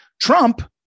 Trump